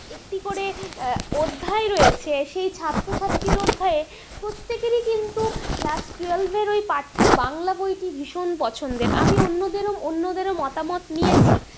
একটি করে অধ্যায় রয়েছে সেই ছাত্রছাত্রীর অধ্যায়ে প্রত্যেকেরই কিন্তু ক্লাস টুয়েলভের ওই পাঠ্য বাংলা বইটি ভীষণ পছন্দের আমি অন্যদেরও অন্যদেরও মতামত নিয়েছি